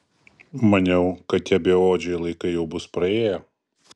maniau kad tie beodžiai laikai jau bus praėję